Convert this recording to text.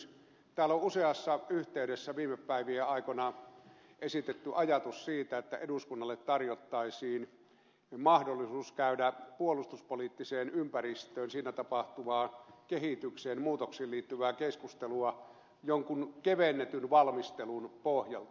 täällä on useassa yhteydessä viime päivien aikoina esitetty ajatus siitä että eduskunnalle tarjottaisiin mahdollisuus käydä puolustuspoliittiseen ympäristöön siinä tapahtuvaan kehitykseen muutoksiin liittyvää keskustelua jonkun kevennetyn valmistelun pohjalta